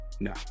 No